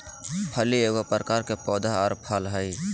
फली एगो प्रकार के पौधा आर फल हइ